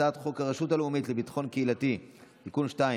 הצעת חוק הרשות הלאומית לביטחון קהילתי (תיקון מס' 2),